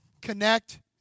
connect